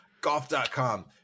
golf.com